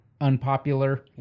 unpopular